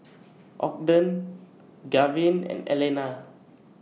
Ogden Gaven and Elna